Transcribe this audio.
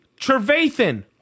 Trevathan